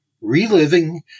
Reliving